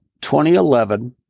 2011